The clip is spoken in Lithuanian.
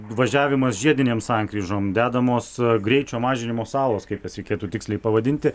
važiavimas žiedinėm sankryžom dedamos greičio mažinimo salos kaip reikėtų tiksliai pavadinti